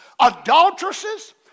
adulteresses